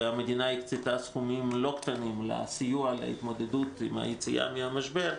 והמדינה הקצתה סכומים לא קטנים לסיוע להתמודדות עם היציאה מהמשבר.